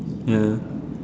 yeah